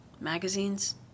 magazines